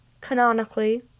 canonically